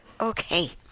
Okay